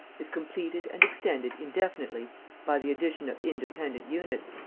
is completed and extended indefinitely by the addition of independent units,